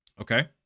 okay